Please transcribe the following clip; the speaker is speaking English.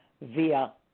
via